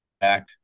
back